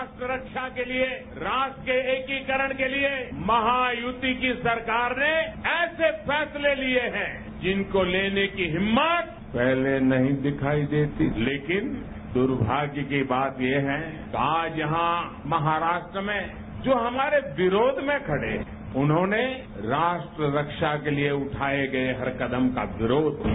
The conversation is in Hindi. राष्ट्र रक्षा के लिये राष्ट्र के एकीकरण के लिये सरकार ने ऐसे फैसले लिये हैं जिनको लेने की हिम्मत पहले नहीं दिखाई देती थी लेकिन दुर्भाग्य की बात यह है कि आज यहां महाराष्ट्र में जो हमारे विरोध में खड़े हैं उन्होंने राष्ट्र रक्षा के लिये उठाये गये हर कदम का विरोध किया